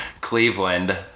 Cleveland